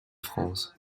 france